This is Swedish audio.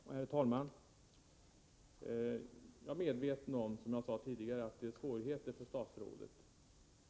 Herr talman! Jag är, som jag sade tidigare, medveten om att det är svårt för statsrådet att lämna besked.